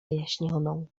wyjaśnioną